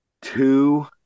two